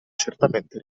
certamente